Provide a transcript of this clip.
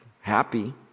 happy